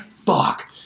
Fuck